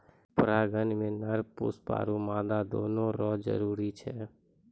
परागण मे नर पुष्प आरु मादा दोनो रो जरुरी छै